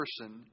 person